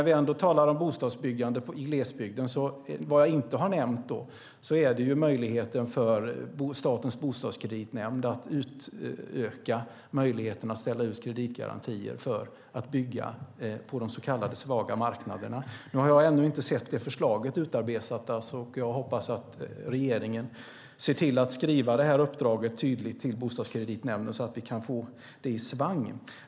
Vi talar om bostadsbyggande i glesbygden. Vad jag inte har nämnt är att Statens bostadskreditnämnd kan utöka möjligheten att ställa ut kreditgarantier för att bygga på de så kallade svaga marknaderna. Jag har ännu inte sett förslaget utarbetat, och jag hoppas att regeringen ser till att ge Bostadskreditnämnden ett tydligt uppdrag så att det kan komma i svang.